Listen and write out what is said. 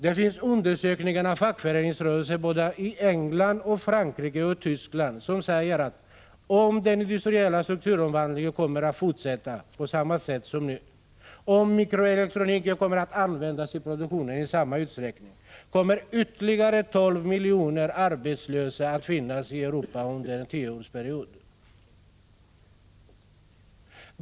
Det finns undersökningar av fackföreningsrörelsen i både England, Frankrike och Tyskland som visar att om den industriella strukturomvandlingen kommer att fortsätta på samma sätt som nu, om mikroelektroniken kommer att användas i produktionen i samma utsträckning som hittills, kommer det att finnas ytterligare 12 miljoner arbetslösa i Europa om tio år.